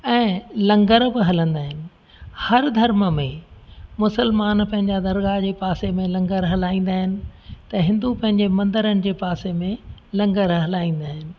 ऐं लंगर बि हलंदा आहिनि हर धर्म में मुस्लमान पंहिंजा दरगाह जे पासे में लंगर हलाईंदा आहिनि त हिंदू पंहिंजे मंदरनि जे पासे में लंगर हलाईंदा आहिनि